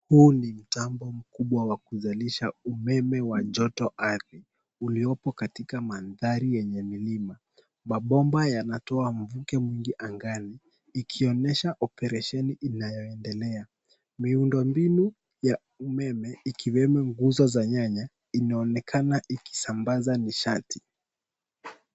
Huu ni mtambo mkubwa wa kuzalisha umeme wa joto ardhi uliopo katika mandhari enye milima. Mabomba yanatoa mvuke mwingi angani, ikionyesha operesheni inayoendelea. Miundo mbinu ya umeme ikiwemo nguzo za nyaya, inaonekana ikisambaza nishati.